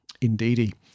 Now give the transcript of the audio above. Indeedy